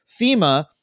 FEMA